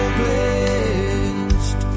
blessed